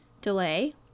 delay